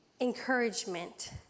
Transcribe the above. Encouragement